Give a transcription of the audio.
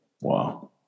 Wow